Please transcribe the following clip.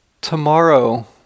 tomorrow